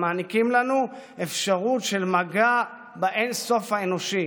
המעניקות לנו אפשרות של מגע באין-סוף האנושי,